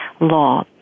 law